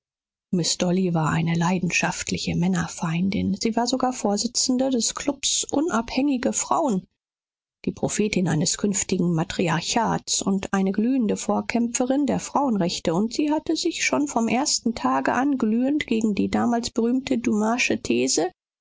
miß dolly war eine leidenschaftliche männerfeindin sie war sogar vorsitzende des klubs unabhängige frauen die prophetin eines künftigen matriarchats und eine glühende vorkämpferin der frauenrechte und sie hatte sich schon vom ersten tage an glühend gegen die damals berühmte dumassche these